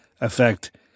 effect